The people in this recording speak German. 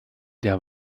der